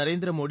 Narendra Modi